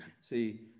See